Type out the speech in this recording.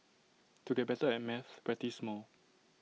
to get better at maths practise more